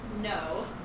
No